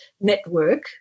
network